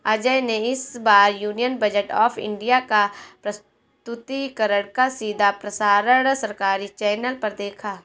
अजय ने इस बार यूनियन बजट ऑफ़ इंडिया का प्रस्तुतिकरण का सीधा प्रसारण सरकारी चैनल पर देखा